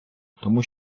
тому